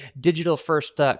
digital-first